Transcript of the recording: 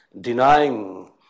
denying